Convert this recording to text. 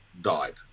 died